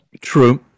true